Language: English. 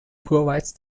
provides